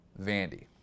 Vandy